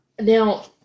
now